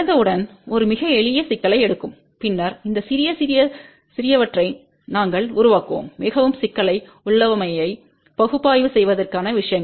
தொடங்க உடன் ஒரு மிக எளிய சிக்கலை எடுக்கும் பின்னர் இந்த சிறிய சிறிய சிறியவற்றை நாங்கள் உருவாக்குவோம் மிகவும் சிக்கலை உள்ளமைவை பகுப்பாய்வு செய்வதற்கான விஷயங்கள்